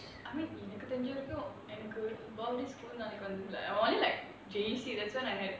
I mean எனக்கு தெரிஞ்ச வரைக்கும் எனக்கு:enaku therinjavaraikum enakku all these school நாளைக்கு வந்து:nalaaikku vanthu only like J_C that's when I had